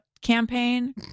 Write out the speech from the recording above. campaign